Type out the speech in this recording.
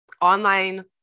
online